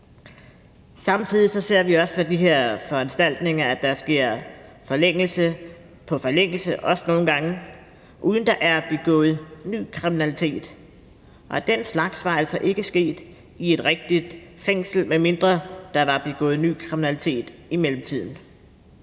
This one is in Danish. Samtidig ser vi også ved de her foranstaltninger, at der sker forlængelse på forlængelse, også nogle gange uden at der er begået ny kriminalitet, og den slags var altså ikke sket i et rigtigt fængsel, medmindre der var begået ny kriminalitet i mellemtiden.